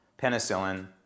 penicillin